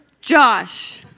josh